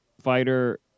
fighter